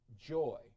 joy